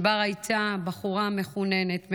ענבר הייתה בחורה מחוננת,